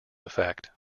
effect